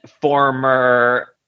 former